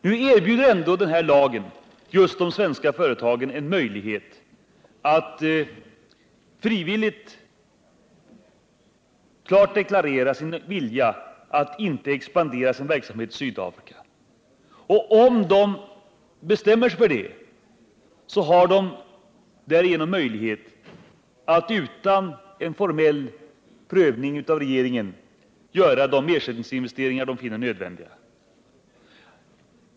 Nu erbjuder ändå den här lagen de svenska företagen en möjlighet att frivilligt klart deklarera sin vilja att inte expandera sin verksamhet i Sydafrika. Och om de bestämmer sig för det, så har de möjlighet att utan en formell prövning av regeringen göra de ersättningsinvesteringar de finner nödvändiga.